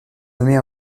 nommée